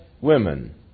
women